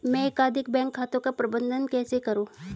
मैं एकाधिक बैंक खातों का प्रबंधन कैसे करूँ?